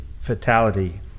fatality